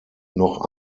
noch